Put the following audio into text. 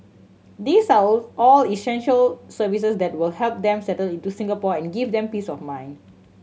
these are all all essential services that will help them settle into Singapore and give them peace of mind